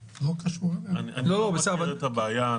אני לא מכיר את הבעיה.